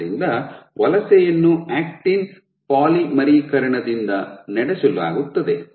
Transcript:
ಆದ್ದರಿಂದ ವಲಸೆಯನ್ನು ಆಕ್ಟಿನ್ ಪಾಲಿಮರೀಕರಣದಿಂದ ನಡೆಸಲಾಗುತ್ತದೆ